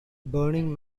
burning